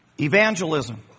Evangelism